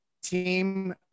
team